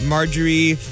Marjorie